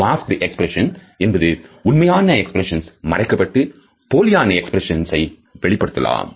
masked expression என்பது உண்மையான expressions மறைக்கப்பட்டு போலியான எக்ஸ்பிரஷன்ஸ் ஐ வெளிப்படுத்தலாம்